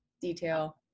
detail